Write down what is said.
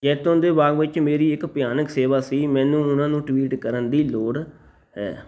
ਜੈਤੂਨ ਦੇ ਬਾਗ ਵਿੱਚ ਮੇਰੀ ਇੱਕ ਭਿਆਨਕ ਸੇਵਾ ਸੀ ਮੈਨੂੰ ਉਹਨਾਂ ਨੂੰ ਟਵੀਟ ਕਰਨ ਦੀ ਲੋੜ ਹੈ